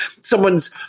someone's